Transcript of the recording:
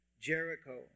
Jericho